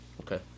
Okay